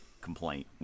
complaint